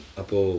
apo